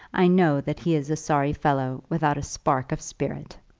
i know that he is a sorry fellow, without a spark of spirit.